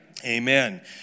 Amen